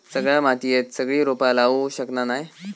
सगळ्या मातीयेत सगळी रोपा लावू शकना नाय